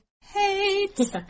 hates